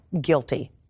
guilty